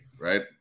right